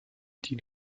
die